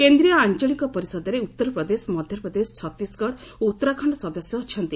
କେନ୍ଦ୍ରୀୟ ଆଞ୍ଚଳିକ ପରିଷଦରେ ଉତ୍ତର ପ୍ରଦେଶ ମଧ୍ୟପ୍ରଦେଶ ଛତିଶଗଡ଼ ଓ ଉତ୍ତରାଖଣ୍ଡ ସଦସ୍ୟ ଅଛନ୍ତି